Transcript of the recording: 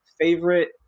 favorite